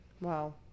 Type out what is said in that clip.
Wow